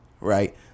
right